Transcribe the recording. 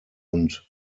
und